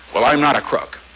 but i'm not a crook.